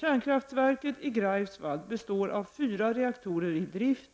Kärnkraftverket i Greifswald består av fyra reaktorer i drift,